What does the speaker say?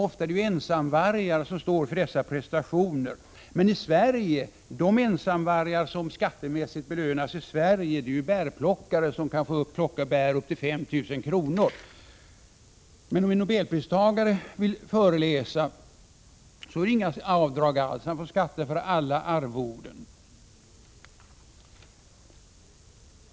Ofta är det ensamvargar som står för dessa prestationer. Men de ensamvargar som i Sverige belönas skattemässigt är bärplockarna, som kan få plocka bär upp till 5 000 kronors värde. Men för en Nobelpristagare som vill föreläsa någonstans blir det inga avdrag alls, utan han får skatta för alla arvoden.